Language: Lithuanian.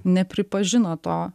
nepripažino to